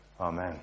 amen